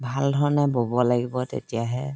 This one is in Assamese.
ভাল ধৰণে ব'ব লাগিব তেতিয়াহে